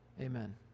Amen